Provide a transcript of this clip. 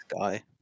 guy